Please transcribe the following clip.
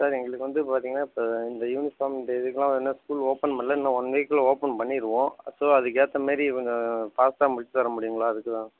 sir எங்களுக்கு வந்து இப்போ பார்த்திங்கன்னா இப்போ இந்த யூனிஃபார்ம் இந்த இதுக்கு எல்லாம் இன்னும் ஸ்கூல் ஓப்பன் பண்ணல இன்னும் ஒன் வீக்குள்ளே ஓப்பன் பண்ணிருவோம் ஸோ அதுக்கு ஏத்தமாரி கொஞ்சம் ஃபாஸ்ட்டாக முடுச்சித்தர முடியுங்களா அதுக்கு தான்